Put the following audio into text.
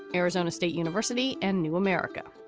arizona state university and new america.